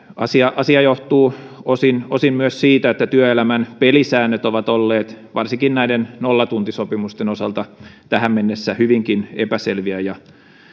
henkilöitä asia johtuu osin osin myös siitä että työelämän pelisäännöt ovat olleet varsinkin näiden nollatuntisopimusten osalta tähän mennessä hyvinkin epäselviä ja